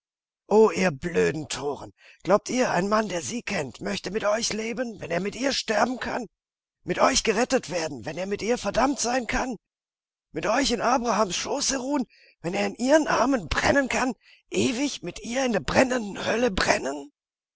o ihr blöden toren glaubt ihr ein mann der sie kennt möchte mit euch leben wenn er mit ihr sterben kann mit euch gerettet werden wenn er mit ihr verdammt sein kann mit euch in abrahams schoße ruhen wenn er in ihren armen brennen kann ewig mit ihr in der brennenden hölle brennen